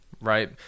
right